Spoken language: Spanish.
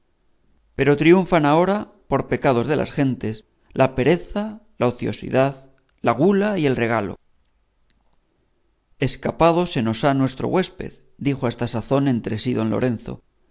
pero triunfan ahora por pecados de las gentes la pereza la ociosidad la gula y el regalo escapado se nos ha nuestro huésped dijo a esta sazón entre sí don lorenzo